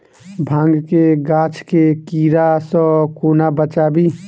भांग केँ गाछ केँ कीड़ा सऽ कोना बचाबी?